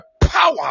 power